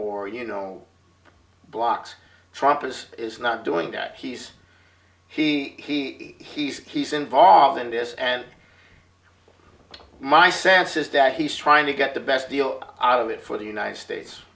or you know blocs trump is is not doing that he's he he he's he's involved in this and my sense is that he's trying to get the best deal out of it for the united states